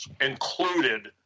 included